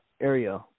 area